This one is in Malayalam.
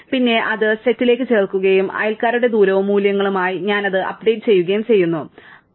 പിന്നെ ഞാൻ അത് സെറ്റിലേക്ക് ചേർക്കുകയും അയൽക്കാരുടെ ദൂരവും മൂല്യങ്ങളും ആയി ഞാൻ അത് അപ്ഡേറ്റ് ചെയ്യുകയും ചെയ്യുന്നു ശരിയാണ്